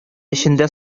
эчендә